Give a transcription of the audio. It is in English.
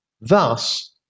thus